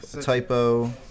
typo